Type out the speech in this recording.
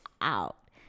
out